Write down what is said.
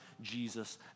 Jesus